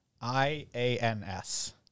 I-A-N-S